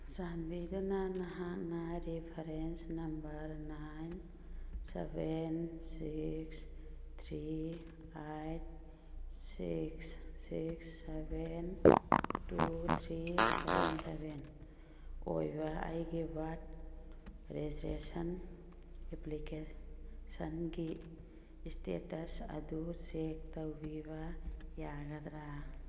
ꯆꯥꯟꯕꯤꯗꯨꯅ ꯅꯍꯥꯛꯅ reference number nine seven six three eight six six seven two three seven seven ꯑꯣꯏꯕ ꯑꯩꯒꯤ birth registration ꯑꯦꯄ꯭ꯂꯤꯀꯦꯁꯟꯒꯤ status ꯑꯗꯨ ꯆꯦꯛ ꯇꯧꯕꯤꯕ ꯌꯥꯒꯗ꯭ꯔ